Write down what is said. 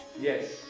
Yes